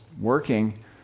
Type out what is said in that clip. working